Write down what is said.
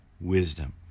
wisdom